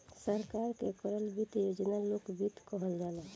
सरकार के करल वित्त योजना लोक वित्त कहल जाला